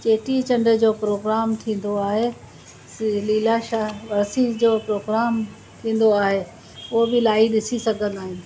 चेटीचंड जो प्रोग्राम थींदो आहे सी लीला शाह वर्सी जो प्रोग्राम थींदो आहे उहो बि इलाही ॾिसी सघंदा आहियूं